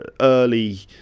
early